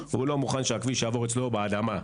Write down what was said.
הוא לא מוכן שהכביש יעבור אצלו באדמה.